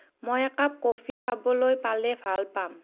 মই a cup coffee খাবলৈ পালে ভাল পাম